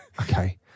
Okay